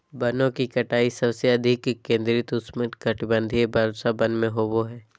वनों की कटाई सबसे अधिक केंद्रित उष्णकटिबंधीय वर्षावन में होबो हइ